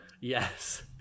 Yes